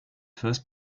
first